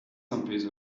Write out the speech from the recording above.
campus